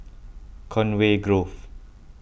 Conway Grove